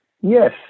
yes